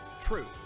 Truth